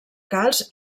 calç